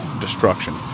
destruction